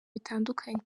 bitandukanye